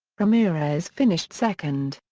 ramirez finished second.